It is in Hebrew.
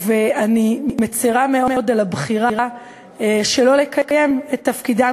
ואני מצרה מאוד על הבחירה שלא לקיים את תפקידם